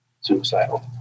suicidal